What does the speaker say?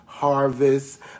harvest